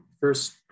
first